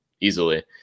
easily